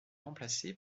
remplacé